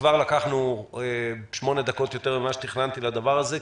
כבר לקחנו 8 דקות יותר ממה שתכננתי לדבר הזה.